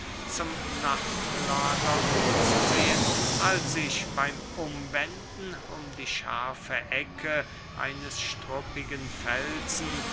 zum nachtlager umzusehen als ich beym umwenden um die scharfe ecke eines struppigen felsen